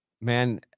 Man